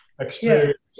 experience